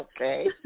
Okay